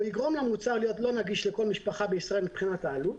הוא יגרום למוצר להיות לא נגיש לכל משפחה בישראל מבחינת העלות,